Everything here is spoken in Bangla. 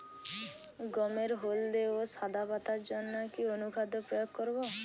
গমের হলদে ও সাদা পাতার জন্য কি অনুখাদ্য প্রয়োগ করব?